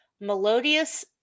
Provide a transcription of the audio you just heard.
Melodious